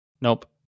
nope